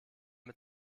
mit